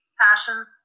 passion